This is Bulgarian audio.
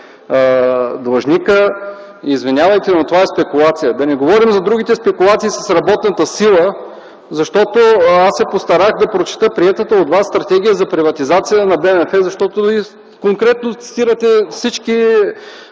длъжника – извинявайте, но това е спекулация! Да не говорим за другите спекулации с работната сила, защото аз се постарах да прочета приетата от вас Стратегия за приватизация на БМФ, защото конкретно цитирате всички